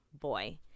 boy